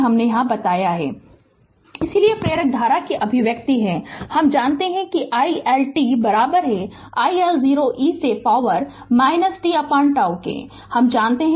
Refer Slide Time 2518 इसलिए प्रेरक धारा के लिए अभिव्यक्ति है कि हम जानते हैं कि i L t i L 0 e से पॉवर t τ यह हम जानते हैं